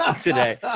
today